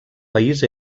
país